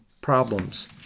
problems